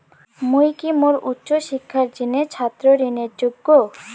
মুই কি মোর উচ্চ শিক্ষার জিনে ছাত্র ঋণের যোগ্য?